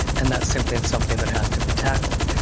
and that's simply and something that has to be tackled.